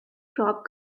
crop